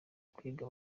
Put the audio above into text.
kwiga